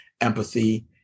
empathy